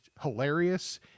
hilarious